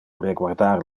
reguardar